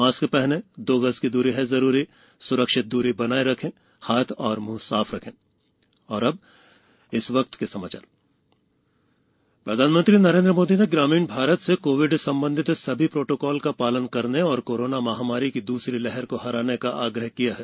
mask पहनें दो गज दूरी है जरूरी सुरक्षित दूरी बनाये रखें हाथ और मुंह साफ रखें स्वामित्व योजना प्रधानमंत्री नरेंद्र मोदी ने ग्रामीण भारत से कोविड संबंधित सभी प्रोटोकॉल का पालन करने और कोरोना महामारी की दूसरी लहर को हराने का आग्रह किया है